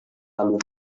lalu